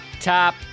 top